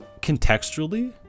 contextually